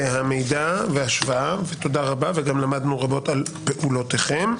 והמידע וההשוואה, וגם למדנו רבות על פעולותיכם.